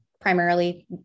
primarily